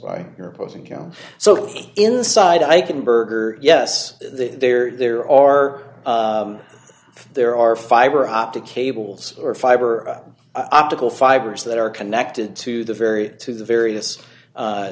by your opposing him so inside i can berger yes there there are there are fiber optic cables or fiber optical fibers that are connected to the very to the various